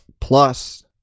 plus